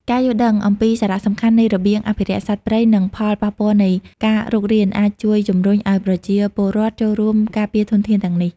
ការយល់ដឹងអំពីសារៈសំខាន់នៃរបៀងអភិរក្សសត្វព្រៃ និងផលប៉ះពាល់នៃការរុករាន អាចជួយជំរុញឱ្យប្រជាពលរដ្ឋចូលរួមការពារធនធានទាំងនេះ។